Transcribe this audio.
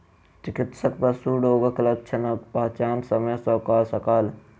चिकित्सक पशु रोगक लक्षणक पहचान समय सॅ कय सकल